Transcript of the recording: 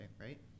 Right